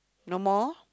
no more